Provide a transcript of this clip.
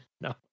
No